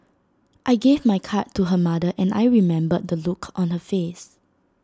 I gave my card to her mother and I remember the look on her face